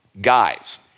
guys